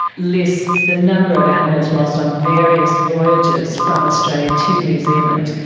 lists the number of animals lost on various voyages from australia to new zealand.